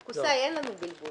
קוסאי, אין לנו בלבול.